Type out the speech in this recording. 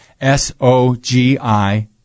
S-O-G-I